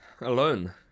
Alone